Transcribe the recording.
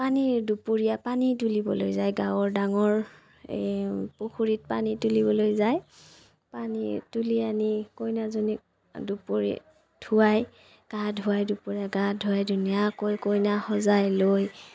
পানী দুপৰীয়া পানী তুলিবলৈ যায় গাঁৱৰ ডাঙৰ এই পুখুৰীত পানী তুলিবলৈ যায় পানী তুলি আনি কইনাজনীক দুপৰীয়া ধুৱায় গা ধুৱায় দুপৰীয়া গা ধুৱাই ধুনীয়াকৈ কইনা সজাই লৈ